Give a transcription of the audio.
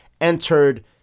entered